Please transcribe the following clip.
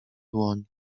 dłoń